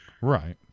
right